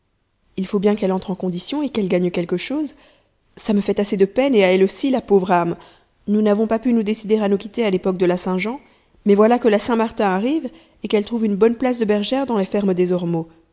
il faut bien qu'elle entre en condition et qu'elle gagne quelque chose ça me fait assez de peine et à elle aussi la pauvre âme nous n'avons pas pu nous décider à nous quitter à l'époque de la saint-jean mais voilà que la saint-martin arrive et qu'elle trouve une bonne place de bergère dans les fermes des ormeaux